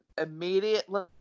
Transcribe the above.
immediately